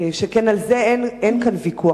שכן על זה אין ויכוח,